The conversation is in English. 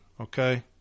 Okay